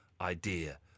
idea